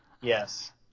Yes